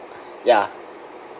ya